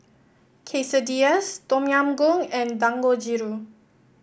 Quesadillas Tom Yam Goong and Dangojiru